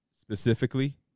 specifically